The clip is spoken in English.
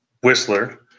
Whistler